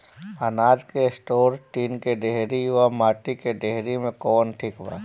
अनाज के store tin के डेहरी व माटी के डेहरी मे कवन ठीक बा?